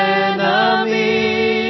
enemy